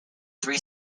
three